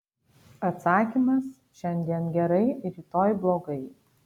atsakymas šiandien gerai rytoj blogai